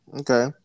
Okay